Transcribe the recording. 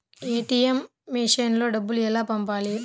ATM మెషిన్లో డబ్బులు ఎలా పంపాలి?